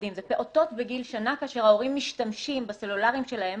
זה פעוטות בגיל שנה כאשר ההורים משתמשים בסלולריים שלהם